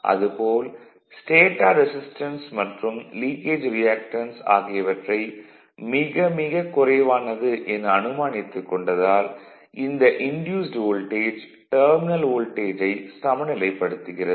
அது போல் stator resistance மற்றும் லீக்கேஜ் ரியாக்டன்ஸ் ஆகியவற்றை மிக மிக குறைவானது என அனுமானித்துக் கொண்டதால் இந்த இன்டியூஸ்ட் வோல்டேஜ் டெர்மினல் வோல்டேஜை சமநிலைப் படுத்துகிறது